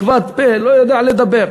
כבד פה, לא יודע לדבר.